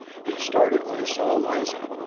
he started when he saw eliza.